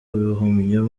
ibihumyo